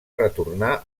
retornar